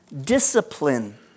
discipline